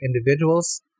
individuals